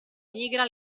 nigra